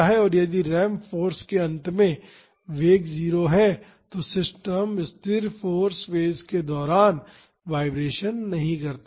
और यदि ramp force के अंत में वेग 0 है तो सिस्टम स्थिर फाॅर्स फेज के दौरान वाईब्रेशन नहीं करता है